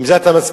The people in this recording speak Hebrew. עם זה אתה מסכים?